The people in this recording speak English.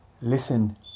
Listen